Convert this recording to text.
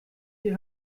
die